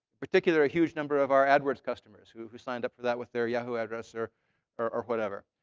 particularly a huge number of our adwords customers who who signed up for that with their yahoo address or or whatever.